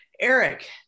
Eric